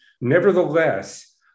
Nevertheless